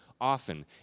often